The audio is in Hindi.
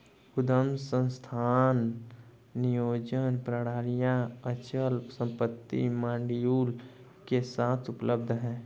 उद्यम संसाधन नियोजन प्रणालियाँ अचल संपत्ति मॉड्यूल के साथ उपलब्ध हैं